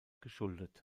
geschuldet